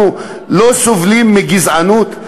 אנחנו לא סובלים מגזענות?